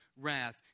wrath